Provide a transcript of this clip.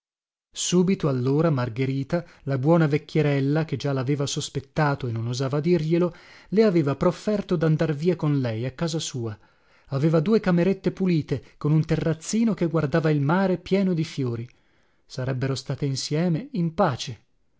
subito allora margherita la buona vecchierella che già laveva sospettato e non osava dirglielo le aveva profferto dandar via con lei a casa sua aveva due camerette pulite con un terrazzino che guardava il mare pieno di fiori sarebbero state insieme in pace